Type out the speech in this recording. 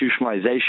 institutionalization